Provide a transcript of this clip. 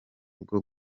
bwo